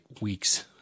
weeks